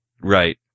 Right